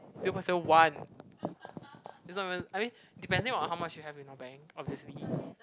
zero point seven one it's not even I mean depending on how much you have in your bank obviously